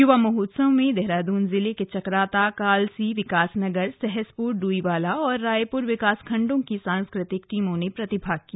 युवा महोत्सव में देहरादून जिले के चकराता कालसी विकासनगर सहसपुर डोईवाला और रायपुर विकास खंडों की सांस्कृतिक टीमों ने प्रतिभाग किया